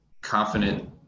confident